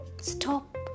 Stop